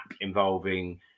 involving